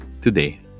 today